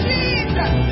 Jesus